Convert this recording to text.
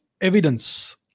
evidence